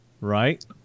right